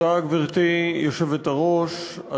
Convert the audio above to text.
גברתי היושבת-ראש,